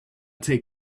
take